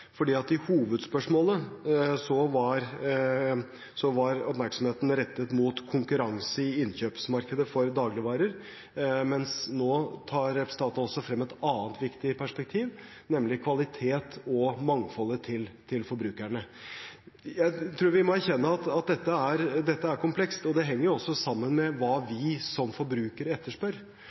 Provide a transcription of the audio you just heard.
I hovedspørsmålet var oppmerksomheten rettet mot konkurranse i innkjøpsmarkedet for dagligvarer, mens representanten nå tar frem et annet viktig perspektiv, nemlig kvalitet og mangfold for forbrukerne. Jeg tror vi må erkjenne at dette er komplekst, og det henger også sammen med hva vi som forbrukere etterspør.